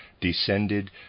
descended